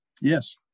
Yes